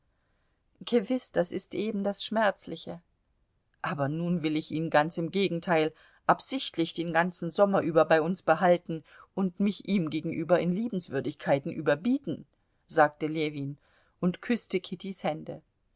gewiß das ist eben das schmerzliche aber nun will ich ihn ganz im gegenteil absichtlich den ganzen sommer über bei uns behalten und mich ihm gegenüber in liebenswürdigkeiten überbieten sagte ljewin und küßte kittys hände